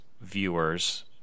viewers